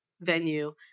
venue